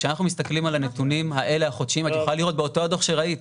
כשאנחנו מסתכלים על הנתונים החודשיים את יכולה לראות באותו הדוח שראית,